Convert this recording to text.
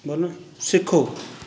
ਬੋਲਾਂ ਸਿੱਖੋ